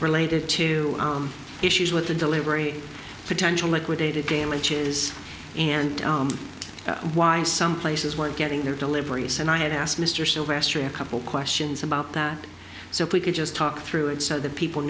related to issues with the delivery potential liquidated damages and why some places were getting their deliveries and i had asked mr sylvester a couple questions about that so if we could just talk through it so that people